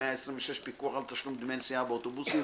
126) (פיקוח על תשלום דמי נסיעה באוטובוסים),